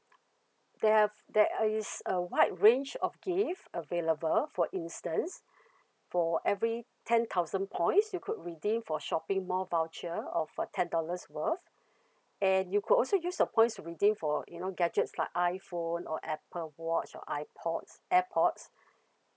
they have there uh is a wide range of gift available for instance for every ten thousand points you could redeem for shopping mall voucher of uh ten dollars worth and you could also use your points to redeem for you know gadgets like iphone or apple watch or ipods airpods